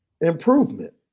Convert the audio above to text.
improvement